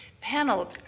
panel